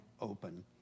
open